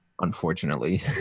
unfortunately